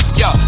yo